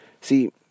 See